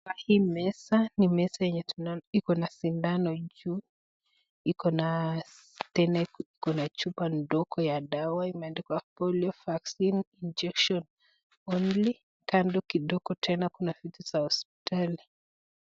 Kuna hii meza, ni meza yenye tunaona iko na sindano juu, iko na, tena iko na chupa ndogo ya dawa imeandikwa Polio vaccine injection only . Kando kidogo tena kuna vitu za hospitali